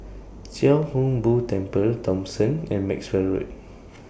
Chia Hung Boo Temple Thomson and Maxwell Road